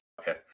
Okay